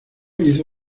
hizo